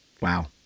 Wow